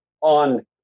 on